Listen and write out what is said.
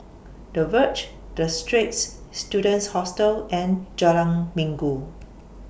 The Verge The Straits Students Hostel and Jalan Minggu